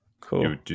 Cool